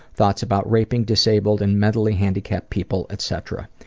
thoughts about raping disabled and mentally handicapped people etc.